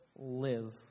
live